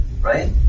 right